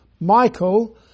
Michael